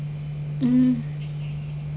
mm